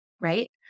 right